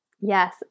yes